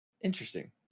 interesting